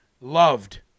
loved